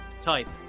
type